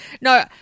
No